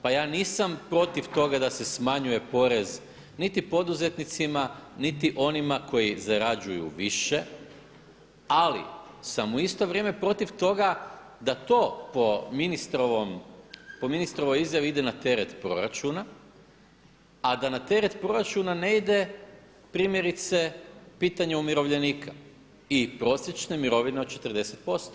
Pa ja nisam protiv toga da se smanjuje porez niti poduzetnicima niti onima koji zarađuju više, ali sam u isto vrijeme protiv toga da to po ministrovoj izjavi ide na teret proračuna, a da na teret proračuna ne ide primjerice pitanje umirovljenika i prosječne mirovine od 40%